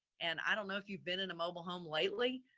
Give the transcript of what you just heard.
and i don't know if you've been in a mobile home lately,